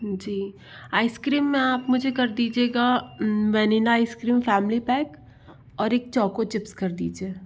जी ice cream में आप मुझे कर दीजिएगा वैनिला आइसक्रीम फैमिली पैक और एक चौको चिप्स कर दीजिए